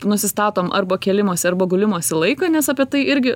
nusistatom arba kėlimosi arba gulimosi laiką nes apie tai irgi